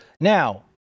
Now